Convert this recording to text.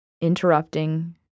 interrupting